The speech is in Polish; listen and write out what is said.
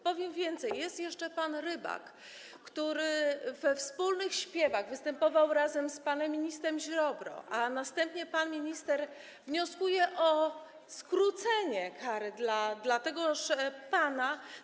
Powiem więcej, jest jeszcze pan Rybak, który we wspólnych śpiewach występował razem z panem ministrem Ziobro, a następnie pan minister wnioskuje o skrócenie kary dla tegoż pana.